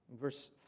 verse